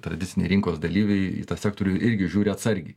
tradiciniai rinkos dalyviai į tą sektorių irgi žiūri atsargiai